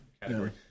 category